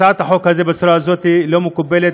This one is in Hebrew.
הצעת החוק בצורה הזאת לא מקובלת,